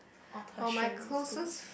or tertiary schools